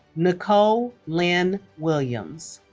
nicole lynn williams